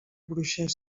bruixa